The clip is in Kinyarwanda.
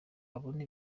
wabona